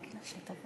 איך?